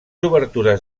obertures